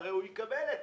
הרי הוא יקבל אותו.